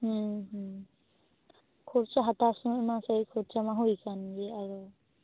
ᱦᱩᱸ ᱦᱩᱸ ᱠᱷᱚᱨᱪᱟ ᱦᱟᱛᱟᱣ ᱥᱩᱢᱟᱹᱭ ᱢᱟ ᱥᱮᱭ ᱠᱷᱚᱨᱪᱟ ᱢᱟ ᱦᱩᱭ ᱠᱟᱱ ᱜᱮᱭᱟ ᱟᱫᱚ